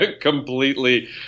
completely